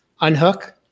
unhook